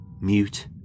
mute